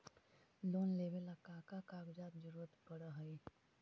Loan लेवेला का का कागजात जरूरत पड़ हइ?